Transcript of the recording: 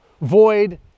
void